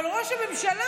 אבל ראש הממשלה,